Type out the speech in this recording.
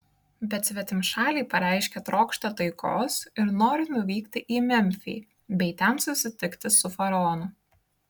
bet svetimšaliai pareiškė trokštą taikos ir norį nuvykti į memfį bei ten susitikti su faraonu